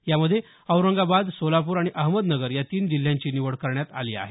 यामध्ये औरंगाबाद सोलापूर आणि अहमदनगर या तीन जिल्ह्यांची निवड करण्यात आली आहे